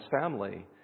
family